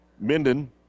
Minden